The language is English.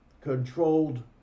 controlled